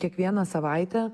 kiekvieną savaitę